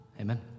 Amen